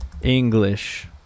English